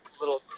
little